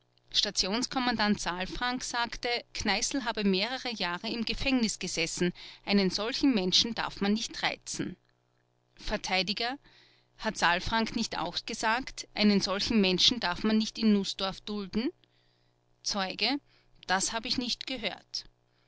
stationskommandant saalfrank sagte kneißl habe mehrere jahre im gefängnis gesessen einen solchen menschen darf man nicht reizen vert hat saalfrank nicht auch gesagt einen solchen menschen darf man nicht in nußdorf dulden zeuge das habe ich nicht gehört